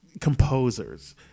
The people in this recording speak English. Composers